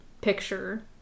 picture